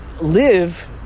live